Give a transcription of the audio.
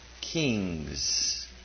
kings